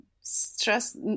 stress